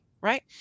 Right